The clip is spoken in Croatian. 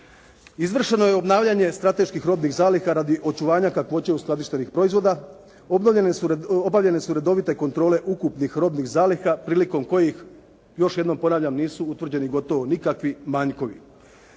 Izvršeno je obnavljanje strateških robnih zaliha radi očuvanja kakvoće uskladištenih proizvoda. Obavljene su redovite kontrole ukupnih robnih zaliha prilikom kojih, još jednom ponavljam, nisu utvrđeni gotovo nikakvi manjkovi.